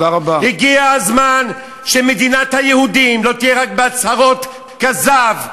הגיע הזמן שמדינת היהודים לא תהיה רק בהצהרות כזב,